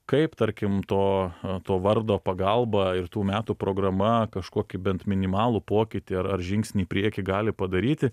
kaip tarkim to to vardo pagalba ir tų metų programa kažkokį bent minimalų pokytį ar ar žingsnį į priekį gali padaryti